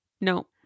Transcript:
no